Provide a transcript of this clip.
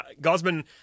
Gosman